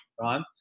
right